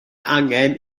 angen